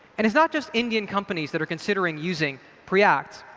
and it's not just indian companies that are considering using preact.